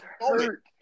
hurt